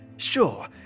Sure